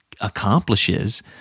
accomplishes